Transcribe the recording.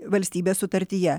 valstybės sutartyje